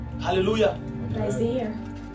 hallelujah